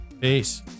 Peace